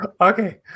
Okay